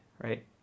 right